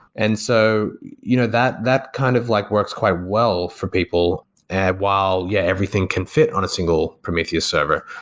and so you know that that kind of like works quite well for people and while yeah everything can fit on a single prometheus server.